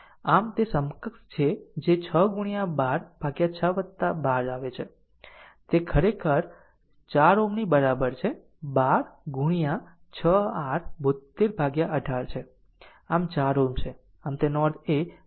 આમ તે સમકક્ષ કે જે 6 ગુણ્યા 12 ભાગ્યા 6 12 આવે છે તે ખરેખર 4 Ω ની બરાબર છે 12 ગુણ્યા 6 r 72 ભાગ્યા 18 છે આમ 4 Ω છે